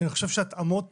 התאמות